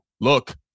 look